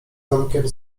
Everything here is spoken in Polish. domkiem